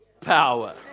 power